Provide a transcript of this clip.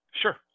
Sure